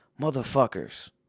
Motherfuckers